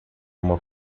uma